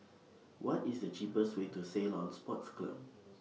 What IS The cheapest Way to Ceylon Sports Club